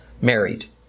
married